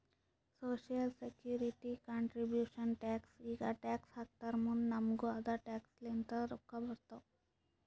social security contribution tax ಈಗ tax ಹಾಕ್ತಾರ್ ಮುಂದ್ ನಮುಗು ಅದೆ ಟ್ಯಾಕ್ಸ್ ಲಿಂತ ರೊಕ್ಕಾ ಬರ್ತಾವ್